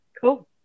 Cool